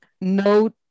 no